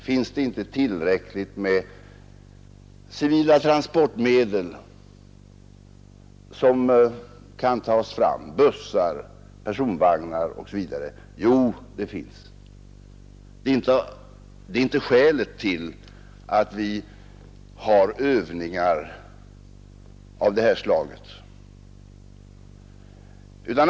Finns det inte tillräckligt med civila transportmedel som kan tas fram — bussar, personvagnar osv.? Jo, det finns det. Brist på sådana transportmedel är inte skälet till att vi har övningar av detta slag.